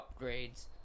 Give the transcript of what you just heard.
upgrades